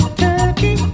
turkey